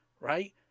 right